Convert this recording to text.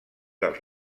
dels